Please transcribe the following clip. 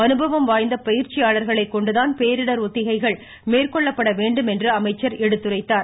அனுபவம் வாய்ந்த பயிற்சியாளர்களை கொண்டுதான் பேரிடர் ஒத்திகைகள் மேற்கொள்ளப்பட வேண்டும் என்றும் அமைச்சர் எடுத்துரைத்தார்